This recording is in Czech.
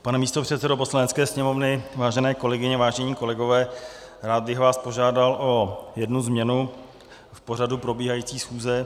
Pane místopředsedo Poslanecké sněmovny, vážené kolegyně, vážení kolegové, rád bych vás požádal o jednu změnu v pořadu probíhající schůze.